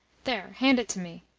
there hand it to me.